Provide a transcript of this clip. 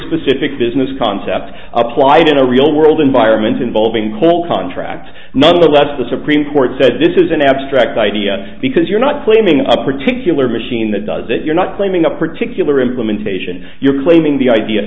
specific business concept applied in a real world environment involving coal contracts nonetheless the supreme court said this is an abstract idea because you're not claiming a particular machine that does that you're not claiming a particular implementation you're claiming the idea